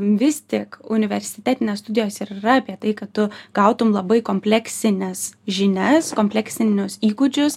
vis tik universitetinės studijos ir yra apie tai kad tu gautum labai kompleksines žinias kompleksinius įgūdžius